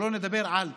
שלא נדבר על תקציבים.